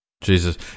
Jesus